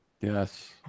Yes